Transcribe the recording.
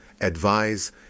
advise